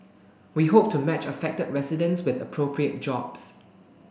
we hope to match affected residents with appropriate jobs